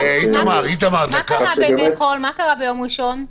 מה קרה ביום ראשון?